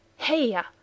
Heya